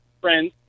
friends